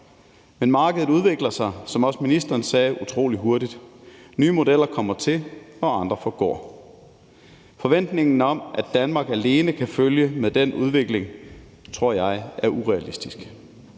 Men markedet udvikler sig, som også ministeren sagde, utrolig hurtigt. Nye modeller kommer til, og andre forgår. Forventningen om, at Danmark alene kan følge med den udvikling, tror jeg er urealistisk.